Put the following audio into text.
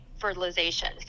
fertilization